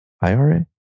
IRA